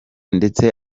ndetse